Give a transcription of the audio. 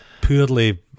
poorly